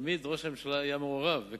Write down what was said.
תמיד ראש הממשלה היה מעורב,